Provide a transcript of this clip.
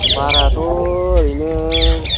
भाराथ' ओरैनो